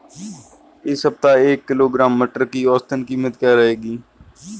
इस सप्ताह एक किलोग्राम मटर की औसतन कीमत क्या रहेगी?